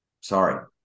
Sorry